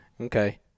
Okay